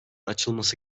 açılması